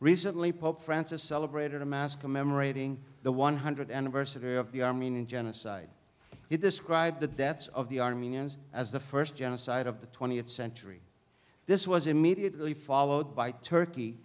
recently pope francis celebrated a mass commemorating the one hundredth anniversary of the armenian genocide he described the deaths of the armenians as the first genocide of the twentieth century this was immediately followed by turkey